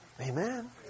Amen